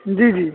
جی جی